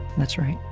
that's right.